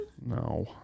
No